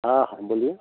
हाँ बोलिए